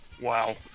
Wow